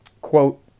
Quote